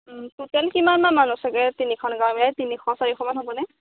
total কিমানমান মানুহ চাগে তিনিখন গাঁও মিলাই তিনিশ চাৰিশমান হ'বনে